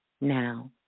now